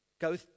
Go